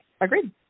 Agreed